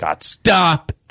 Stop